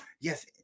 yes